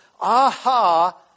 aha